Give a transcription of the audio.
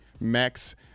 max